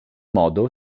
modo